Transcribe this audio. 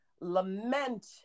lament